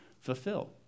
fulfill